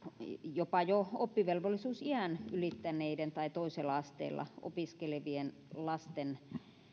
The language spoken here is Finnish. jopa jo oppivelvollisuusiän ylittäneiden tai toisella asteella opiskelevien lasten